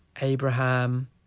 Abraham